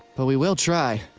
but we will try.